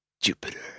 Jupiter